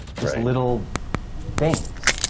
just little things.